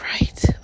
right